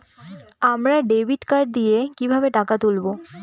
আমরা debit card দিয়ে কিভাবে টাকা তুলবো?